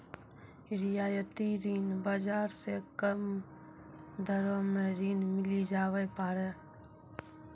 रियायती ऋण बाजार से कम दरो मे ऋण मिली जावै पारै